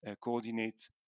coordinate